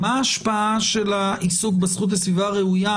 מה ההשפעה של העיסוק בזכות לסביבה הראויה